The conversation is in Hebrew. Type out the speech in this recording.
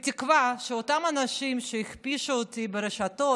בתקווה שאותם אנשים שהכפישו אותי ברשתות